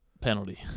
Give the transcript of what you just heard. Penalty